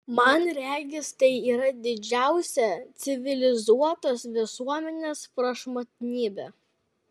man regis tai yra didžiausia civilizuotos visuomenės prašmatnybė